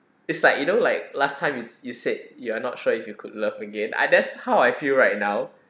it's like you know like last time you you said you are not sure if you could love again ah that's how I feel right now